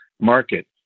market